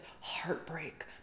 heartbreak